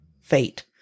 fate